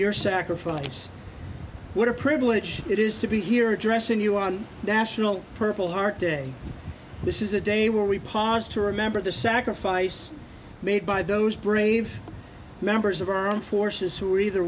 your sacrifice what a privilege it is to be here addressing you on national purple heart day this is a day where we pas to remember the sacrifice made by those brave members of our armed forces who are either